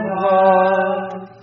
love